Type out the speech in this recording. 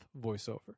voiceover